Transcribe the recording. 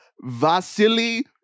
Vasily